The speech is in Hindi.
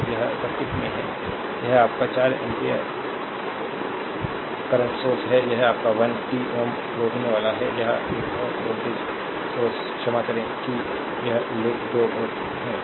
तो यह सर्किट है यह आपका 4 एम्पीयर करंट सोर्स है यह आपका वन टी Ω रोकनेवाला है यह एक है वोल्टेज सोर्स क्षमा करें कि एक अवरोधक 2 or है